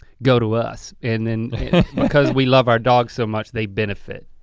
go to us and then because we love our dogs so much, they benefit.